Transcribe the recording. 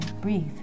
breathe